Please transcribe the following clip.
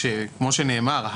כמו שנאמר,